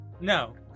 no